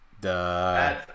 Duh